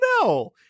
no